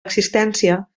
existència